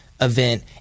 event